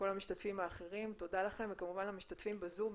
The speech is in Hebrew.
המשתתפים האחרים וכמובן למשתתפים בזום,